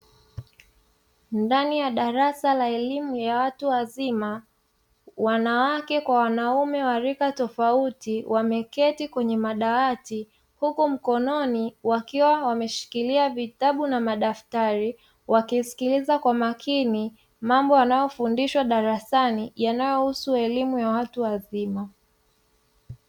Ndani ya darasa la elimu ya watu wazima wanawake kwa wanaume wa rika tofauti wameketi kwenye madawati, huku mkononi wakiwa wameshikilia vitabu na madaftari wakisikiliza kwa makini mambo wanayofundishwa darasani yanayohusu elimu ya watu wazima.